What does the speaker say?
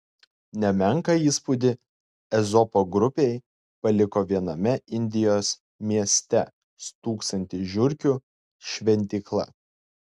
nemenką įspūdį ezopo grupei paliko viename indijos mieste stūksanti žiurkių šventykla